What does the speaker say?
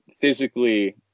physically